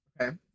Okay